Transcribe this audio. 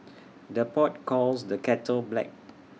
the pot calls the kettle black